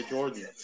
Jordan